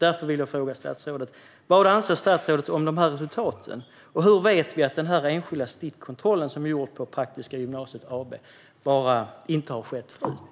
Därför vill jag fråga statsrådet: Vad anser statsrådet om de här resultaten? Och hur vet vi att det som kom fram i den enskilda stickkontroll som gjordes på Praktiska Gymnasiet AB inte har skett förut?